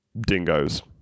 dingoes